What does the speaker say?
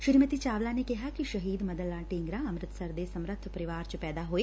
ਸ੍ਰੀਮਤੀ ਚਾਵਲਾ ਨੇ ਕਿਹਾ ਕਿ ਸ਼ਹੀਦ ਮਦਨ ਲਾਲ ਢੀਂਗਰਾ ਅੰਮ੍ਰਿਤਸਰ ਦੇ ਸਮਰਬ ਪਰਿਵਾਰ ਚ ਪੈਦਾ ਹੋਏ